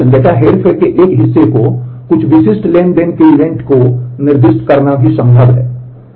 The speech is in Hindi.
डेटा हेरफेर के एक हिस्से के रूप में कुछ विशिष्ट ट्रांज़ैक्शन के इवेंट को निर्दिष्ट करना भी संभव है